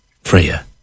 Freya